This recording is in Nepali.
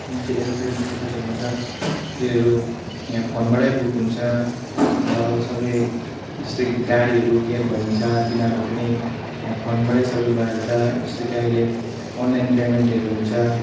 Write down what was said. जुन चाहिँ एरोप्लेनको टिकटहरू हुन्छ त्योहरू यहाँ फोनबाटै बुक हुन्छ अन्त अरू सबै जस्तो कि गाडीहरू क्याब भनिन्छ तिनीहरू पनि यहाँ फोनबाटै सबै भइहाल्छ जस्तो कि अहिले अनलाइन पेमेन्टहरू हुन्छ